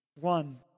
One